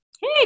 Hey